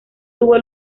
tuvo